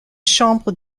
chambre